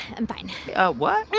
i'm fine what?